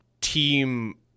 team